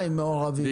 מעורבים?